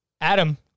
Adam